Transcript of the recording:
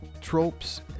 tropes